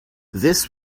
this